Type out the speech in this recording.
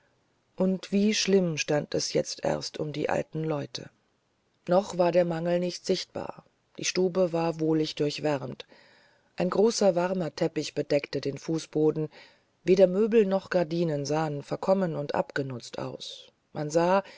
und wie schlimm stand es jetzt erst um die alten leute noch war der mangel nicht sichtbar die stube war wohlig durchwärmt ein großer warmer teppich bedeckte den fußboden weder möbel noch gardinen sahen verkommen und abgenutzt aus man sah